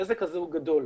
הנזק הזה הוא גדול.